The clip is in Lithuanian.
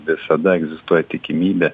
visada egzistuoja tikimybė